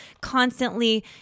constantly